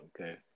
Okay